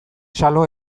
xalo